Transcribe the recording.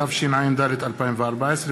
התשע"ד 2014,